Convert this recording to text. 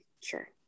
sure